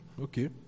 Okay